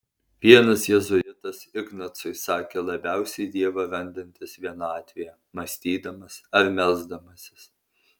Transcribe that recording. vienas jėzuitas ignacui sakė labiausiai dievą randantis vienatvėje mąstydamas ar melsdamasis